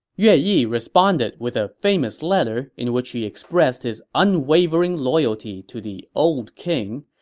yi responded with a famous letter in which he expressed his unwavering loyalty to the old king,